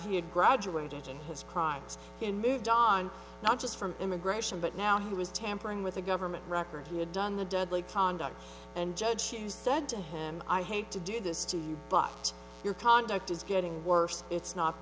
he had graduated in his crimes and moved on not just from immigration but now who was tampering with the government records who had done the deadly conduct and judge who said to him i hate to do this to you but your conduct is getting worse it's not